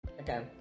okay